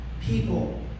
people